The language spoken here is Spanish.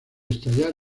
estallar